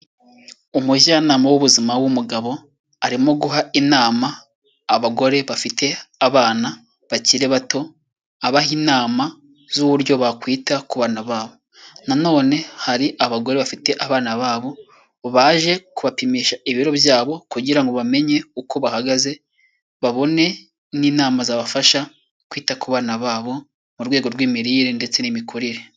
Umujyanama w'ubuzima w'umugabo, arimo guha inama abagore bafite abana bakiri bato, abaha inama z'uburyo bakwita ku bana babo. Nanone hari abagore bafite abana babo baje kubapimisha ibiro byabo kugira ngo bamenye uko bahagaze babone n'inama zabafasha kwita ku bana babo mu rwego rw'imirire ndetse n'imikurire.